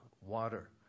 water